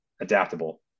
adaptable